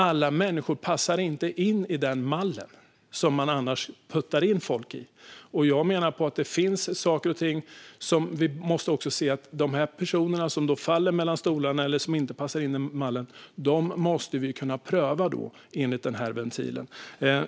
Alla människor passar inte in i den mall som man annars puttar in dem i. De människor som faller mellan stolarna och inte passar in i mallen måste vi kunna pröva enligt ventilen.